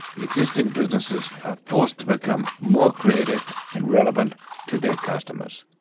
existing businesses are forced to become more creative and relevant to their customers.